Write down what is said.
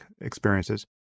experiences